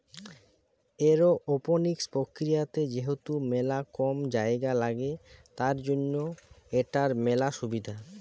aeroponics প্রক্রিয়াতে যেহেতু মেলা কম জায়গা লাগে, তার জন্য এটার মেলা সুবিধা